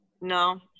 no